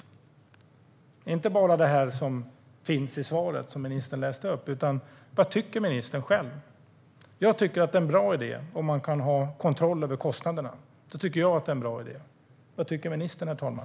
Vad tycker ministern själv, utöver det som sas i svaret som ministern läste upp? Jag tycker att det är en bra idé om man kan ha kontroll över kostnaderna. Vad tycker ministern?